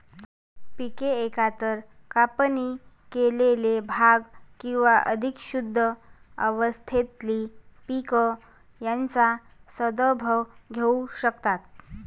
पिके एकतर कापणी केलेले भाग किंवा अधिक शुद्ध अवस्थेतील पीक यांचा संदर्भ घेऊ शकतात